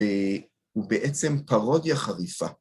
‫ובעצם פרודיה חריפה.